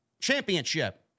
championship